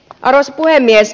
arvoisa puhemies